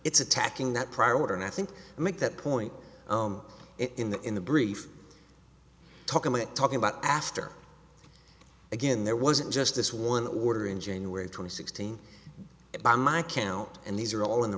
it's attacking that prior order and i think you make that point oh i'm in the in the brief talk i'm a talking about after again there wasn't just this one order in january twenty sixth it by my count and these are all in the